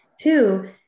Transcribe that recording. Two